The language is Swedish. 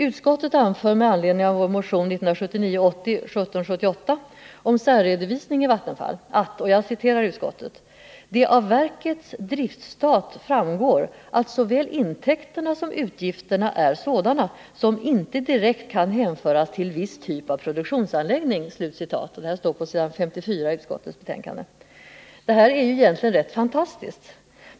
Utskottet anför på s. 54 med anledning av vår motion 1979/80:1778 om särredovisning i Vattenfall att ”——— det av verkets driftstat framgår att såväl intäkterna som utgifterna är sådana som inte direkt kan hänföras till viss typ av produktionsanläggning”. Det här är ju egentligen rätt fantastiskt.